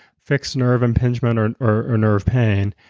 fix nerve impingement or and or nerve pain,